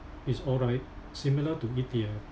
is alright similar to E_T_F